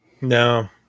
No